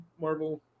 Marvel